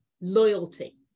loyalty